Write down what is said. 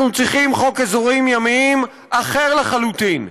אנחנו צריכים חוק אזורים ימיים אחר לחלוטין,